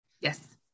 Yes